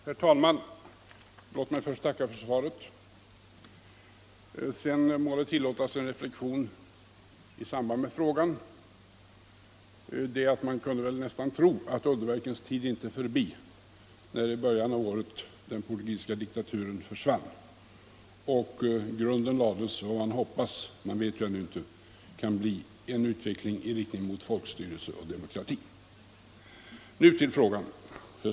Herr talman! Låt mig först tacka för svaret. Sedan må det tillåtas en reflexion i samband med frågan. Man kunde nästan tro att underverkens tid inte är förbi, när i början av året den portugisiska diktaturen försvann och grunden lades — man får väl åtminstone hoppas det — för vad som kan bli en utveckling i riktning mot folkstyrelse och demokrati. Så till frågan.